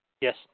Yes